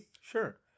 sure